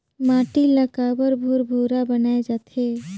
माटी ला काबर भुरभुरा बनाय जाथे?